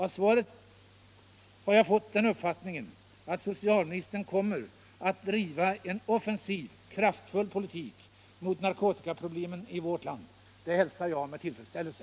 Av svaret har jag fått den uppfattningen att socialministern kommer att driva en offensiv, kraftfull politik mot narkotikaproblemen i vårt land. Det hälsar jag med tillfredsställelse.